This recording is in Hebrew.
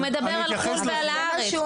הוא מדבר על חו"ל ועל הארץ.